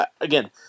again